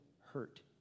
hurt